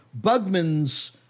Bugman's